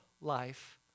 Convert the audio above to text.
life